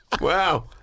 Wow